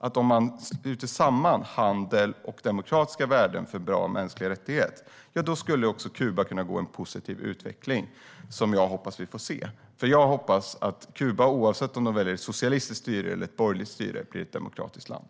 Men om man knyter samman handel med demokratiska värden och mänskliga rättigheter tror jag att också Kuba kan gå mot en positiv utveckling, som jag hoppas att vi får se. Jag hoppas att Kuba, oavsett om man väljer ett socialistiskt styre eller ett borgerligt styre, blir ett demokratiskt land.